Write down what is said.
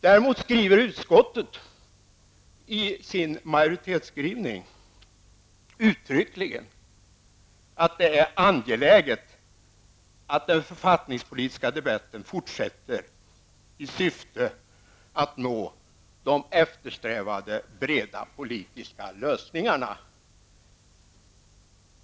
Däremot säger utskottsmajoriteten uttryckligen i sin skrivning att det är angeläget att den författningspolitiska debatten fortsätter i syfte att nå de eftersträvade breda politiska lösningarna.